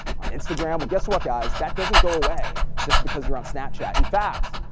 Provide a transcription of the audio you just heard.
on instagram. well, guess what guys, that doesn't go away just because you're on snapchat. in fact,